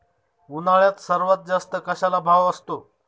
उन्हाळ्यात सर्वात जास्त कशाला भाव असतो?